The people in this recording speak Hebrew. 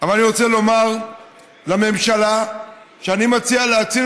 אבל אני רוצה לומר לממשלה שאני מציע להאציל